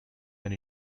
when